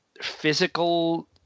physical